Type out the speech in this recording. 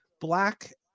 black